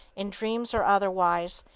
in dreams or otherwise,